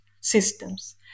systems